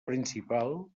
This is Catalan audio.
principal